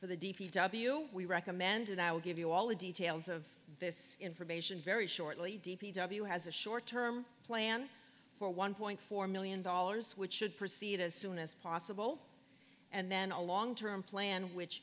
for the d p w we recommended i'll give you all the details of this information very shortly d p w has a short term plan for one point four million dollars which should proceed as soon as possible and then a long term plan which